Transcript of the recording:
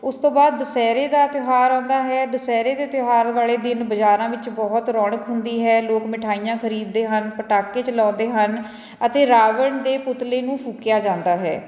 ਉਸ ਤੋਂ ਬਾਅਦ ਦੁਸ਼ਹਿਰੇ ਦਾ ਤਿਉਹਾਰ ਆਉਂਦਾ ਹੈ ਦੁਸ਼ਹਿਰੇ ਦੇ ਤਿਉਹਾਰ ਵਾਲੇ ਦਿਨ ਬਾਜ਼ਾਰਾਂ ਵਿੱਚ ਬਹੁਤ ਰੌਣਕ ਹੁੰਦੀ ਹੈ ਲੋਕ ਮਿਠਾਈਆਂ ਖਰੀਦਦੇ ਹਨ ਪਟਾਕੇ ਚਲਾਉਂਦੇ ਹਨ ਅਤੇ ਰਾਵਣ ਦੇ ਪੁਤਲੇ ਨੂੰ ਫੂਕਿਆ ਜਾਂਦਾ ਹੈ